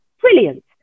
brilliant